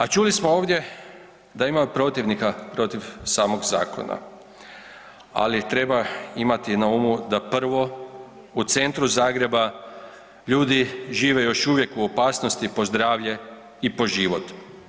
A čuli smo ovdje da ima i protivnika protiv samog zakona, ali treba imati na umu da prvo u centru Zagreba ljudi žive još uvijek u opasnosti po zdravlje i po život.